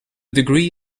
degree